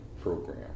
program